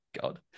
God